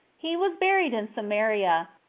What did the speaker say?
he was buried in samaria,